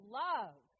love